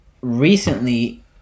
recently